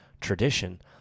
tradition